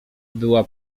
była